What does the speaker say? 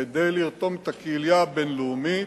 כדי לרתום את הקהילייה הבין-לאומית,